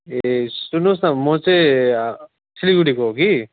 ए सुन्नुहोस् न म चाहिँ सिलगढीको हो कि